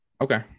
okay